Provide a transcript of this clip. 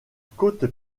côte